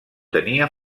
tenia